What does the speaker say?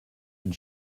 une